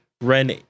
Ren